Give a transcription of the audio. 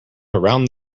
around